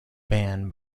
ban